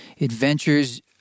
adventures